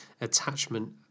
attachment